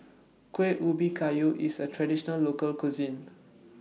Kueh Ubi Kayu IS A Traditional Local Cuisine